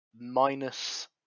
minus